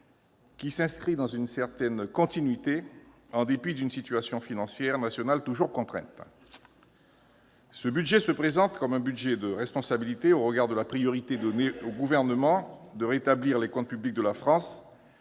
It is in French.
s'inscrit dans une certaine continuité, en dépit d'une situation financière nationale toujours contrainte. Ce budget se présente comme un budget de responsabilité au regard de la priorité donnée au Gouvernement de rétablir les comptes publics de la France,